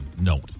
note